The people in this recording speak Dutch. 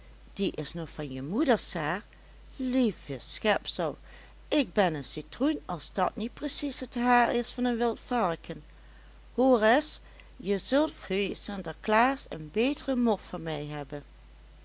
die is nog van je moeder saar lieve schepsel ik ben een citroen als dat niet precies het haar is van een wild varken hoor reis je zult voor je sinter klaas een betere mof van mij hebben